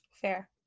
Fair